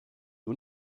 nur